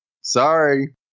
sorry